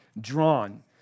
drawn